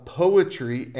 poetry